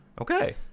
Okay